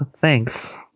Thanks